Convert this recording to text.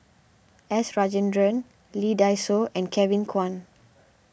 S Rajendran Lee Dai Soh and Kevin Kwan